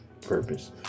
purpose